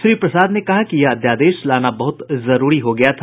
श्री प्रसाद ने कहा कि यह अध्यादेश लाना बहुत जरूरी हो गया था